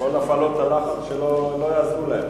כל הפעלות הלחץ לא יעזרו להם.